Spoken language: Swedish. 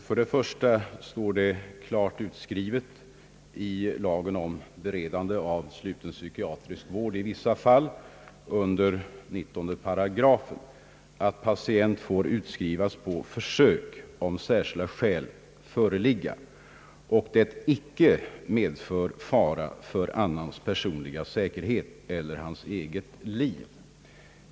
Först och främst står det klart utskrivet i 19 8 lagen om beredande av psykiatrisk vård i vissa fall, att »patient får utskrivas på försök, om särskilda skäl föreligga och det icke medför fara för annans personliga säkerhet eller hans eget liv».